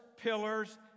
pillars